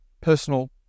personal